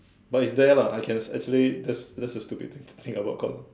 but it's rare lah I can I actually that's that's a stupid to think about cause